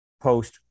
post